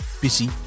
busy